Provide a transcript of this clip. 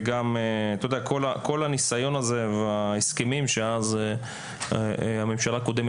וכל הניסיון הזה וההסכמים שהממשלה הקודמת